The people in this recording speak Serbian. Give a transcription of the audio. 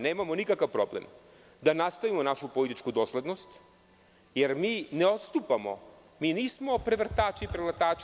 Nemamo nikakav problem da nastavimo našu političku doslednost, jer mi ne odstupamo, nismo prevrtači, preletači.